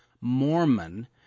Mormon